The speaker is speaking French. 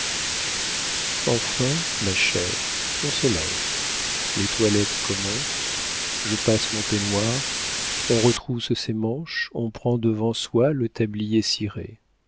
enfin ma chère on se lève les toilettes commencent je passe mon peignoir on retrousse ses manches on prend devant soi le tablier ciré